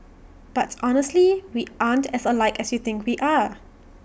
but honestly we aren't as alike as you think we are